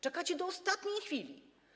Czekacie do ostatniej chwili.